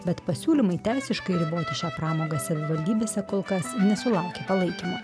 bet pasiūlymai teisiškai riboti šią pramogą savivaldybėse kol kas nesulaukė palaikymo